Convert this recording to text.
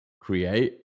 create